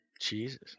Jesus